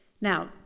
Now